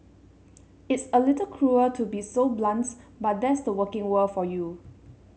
it's a little cruel to be so blunt but that's the working world for you